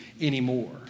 anymore